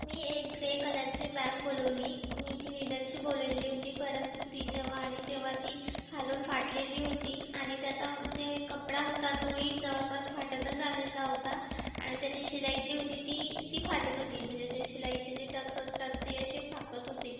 मी एक ग्रे कलरची बॅग बोलवली मी ती लीदरची बोलवली होती परंतु ती जेव्हा आली तेव्हा ती खालून फाटलेली होती आणि त्याचा जे कपडा होता तोही जवळपास फाटतच आलेला होता आणि त्याची शिलाई जी होती ती ती फाटत होती म्हणजे जे शिलाईचे जे टक्स असतात ते असे फाकत होते